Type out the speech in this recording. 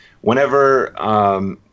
whenever